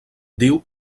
diu